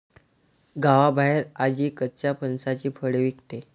गावाबाहेर आजी कच्च्या फणसाची फळे विकते